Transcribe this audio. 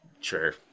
Sure